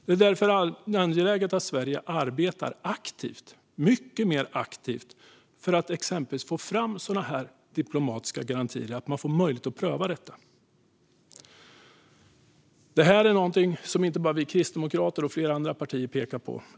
Det är därför angeläget att Sverige arbetar aktivt, mycket mer aktivt, för att exempelvis få fram sådana diplomatiska garantier som ger möjlighet att pröva detta. Detta är någonting som inte bara vi kristdemokrater och flera andra partier pekar på.